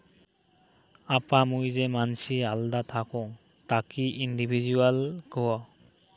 আপা মুই যে মানসি আল্দা থাকং তাকি ইন্ডিভিজুয়াল কুহ